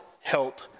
help